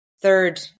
third